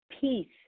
peace